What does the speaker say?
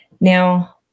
Now